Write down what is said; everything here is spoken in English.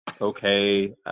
Okay